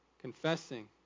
confessing